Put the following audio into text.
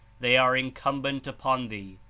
they are incumbent upon thee,